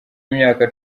w’imyaka